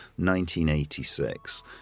1986